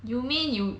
you mean you